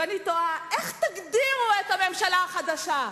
ואני תוהה: איך תגדירו את הממשלה החדשה?